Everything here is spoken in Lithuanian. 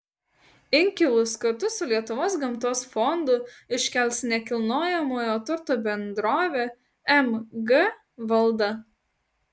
inkilus kartu su lietuvos gamtos fondu iškels nekilnojamojo turto bendrovė mg valda